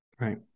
Right